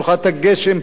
ברוכת הגשם,